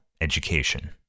education